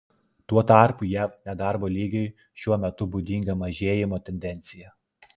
tuo tarpu jav nedarbo lygiui šiuo metu būdinga mažėjimo tendencija